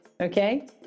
Okay